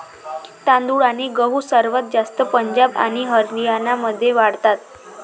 तांदूळ आणि गहू सर्वात जास्त पंजाब आणि हरियाणामध्ये वाढतात